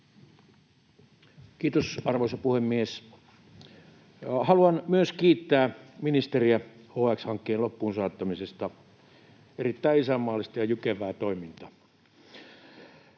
Kiitos, arvoisa puhemies! Haluan myös kiittää ministeriä HX-hankkeen loppuunsaattamisesta. Erittäin isänmaallista ja jykevää toimintaa.